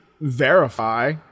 verify